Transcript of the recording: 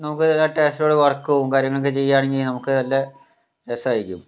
നമുക്ക് നല്ല റ്റേസ്റ്റോടെ വറക്കുകയും കാര്യങ്ങളൊക്കെ ചെയ്യുകയാണെങ്കിൽ നമുക്ക് നല്ല രസമായിരിക്കും